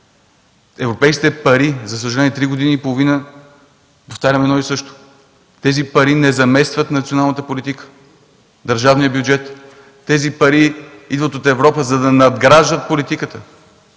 Европейските пари, за съжаление, три години и половина, повтаряме едно и също –не заместват националната политика, държавния бюджет. Тези пари идват от Европа, за да надграждат политиката.